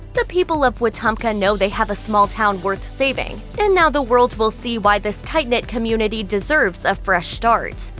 the people of wetumpka know they have a small town worth saving, and now the world will see why this tight-knit community deserves a fresh start.